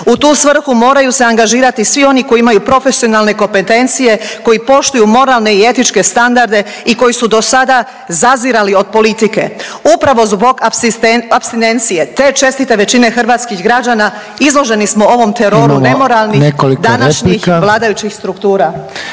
U tu svrhu moraju se angažirati svi oni koji imaju profesionalne kompetencije, koji poštuju moralne i etičke standarde i koji su do sada zazirali od politike. Upravo zbog apstinencije te čestite većine hrvatskih građana izloženi smo ovom teroru nemoralnih današnjih vladajućih struktura.